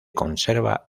conserva